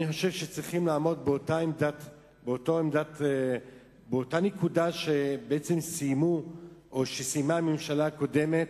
אני חושב שצריכים לעמוד באותה נקודה שסיימה הממשלה הקודמת,